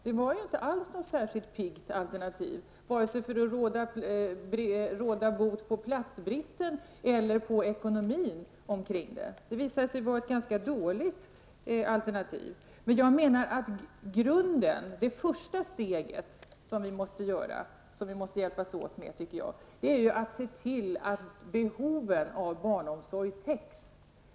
Det var inte alls något särskilt piggt alternativ, vare sig för att råda bot på platsbristen eller på ekonomin. Det visade sig vara ett ganska dåligt alternativ. Jag menar att grunden, det första steget vi måste hjälpas åt med, är att se till att behoven av barnomsorg täcks.